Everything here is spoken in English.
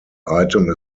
item